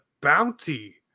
bounty